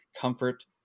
comfort